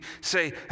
say